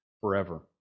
forever